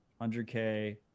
100k